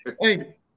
Hey